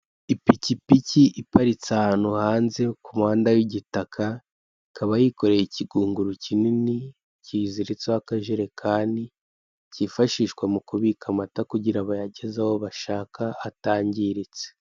Ipikipoki iparitse ahantu hanze ku muhanda w'igitaka, ikaba yikoreye ikigunguru kinini kiziritseho akajerekani, cyifashishwa mu kubika amata kugira bayageze aho bashaka, atangiritse.